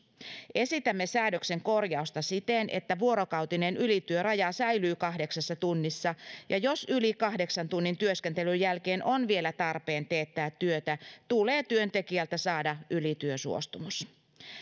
esitämme säädöksen korjausta siten että vuorokautinen ylityöraja säilyy kahdeksassa tunnissa ja jos yli kahdeksan tunnin työskentelyn jälkeen on vielä tarpeen teettää työtä tulee työntekijältä saada ylityösuostumus